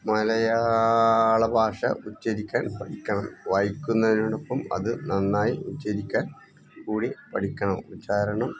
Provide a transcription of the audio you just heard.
മലയാള ഭാഷ ഉച്ചരിക്കാൻ പഠിക്കണം വായിക്കുന്നതിനോടൊപ്പം അത് നന്നായി ഉച്ഛരിക്കാൻ കൂടി പഠിക്കണം ഉച്ഛാരണം